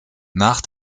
nach